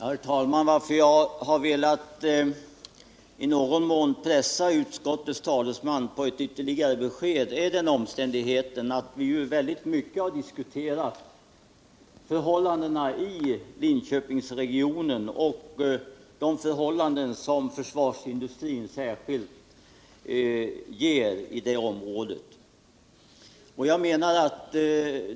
Herr talman! Att jag velat i någon mån pressa utskottets talesman på ytterligare besked harsin grund i den omständigheten, att vi mycket ingående diskuterat Linköpingsregionen och förhållandena för försvarsindustrin i det området.